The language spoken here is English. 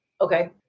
Okay